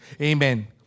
Amen